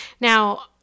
Now